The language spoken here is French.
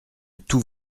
tout